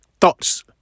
Thoughts